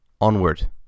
onward